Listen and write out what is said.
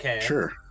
sure